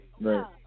Right